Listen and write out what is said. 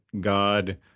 God